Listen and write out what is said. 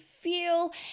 feel